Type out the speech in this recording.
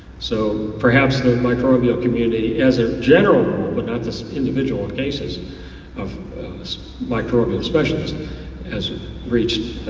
so perhaps the microbial community as a general rule, but not the so individual cases of microbial specialists has reached